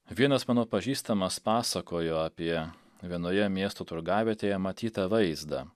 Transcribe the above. vienas mano pažįstamas pasakojo apie vienoje miesto turgavietėje matytą vaizdą